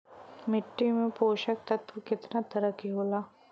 मिट्टी में पोषक तत्व कितना तरह के होला?